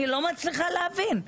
אני לא מצליחה להבין.